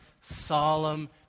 solemn